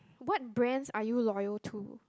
what brands are you loyal to